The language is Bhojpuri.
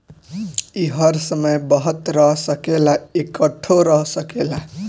ई हर समय बहत रह सकेला, इकट्ठो रह सकेला